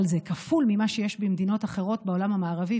אבל זה כפול ממה שיש במדינות אחרות בעולם המערבי,